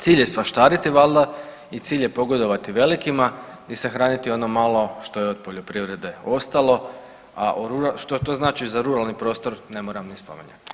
Cilj je svaštariti valda i cilj je pogodovati velikima i sahraniti ono malo što je od poljoprivrede ostalo, a što to znači za ruralni prostor ne moram ni spominjati.